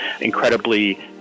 incredibly